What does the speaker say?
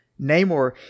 Namor